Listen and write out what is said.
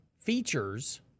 features